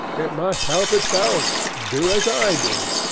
it must help itself do as i do.